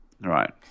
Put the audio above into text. Right